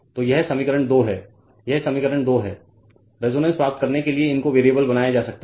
तो यह समीकरण 2 है यह समीकरण 2 है रेजोनेंस प्राप्त करने के लिए इनको वेरिएबल बनाया जा सकता है